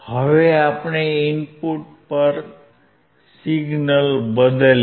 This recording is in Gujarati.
હવે આપણે ઇનપુટ પર સિગ્નલ બદલીએ